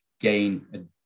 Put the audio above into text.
gain